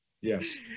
Yes